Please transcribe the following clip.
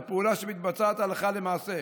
זה פעולה שמתבצעת הלכה למעשה.